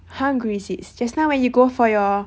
hungry sis just now when you go for your